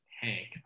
Hank